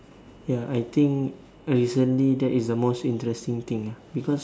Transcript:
ya I think recently that is the most interesting thing ah because